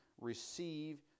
receive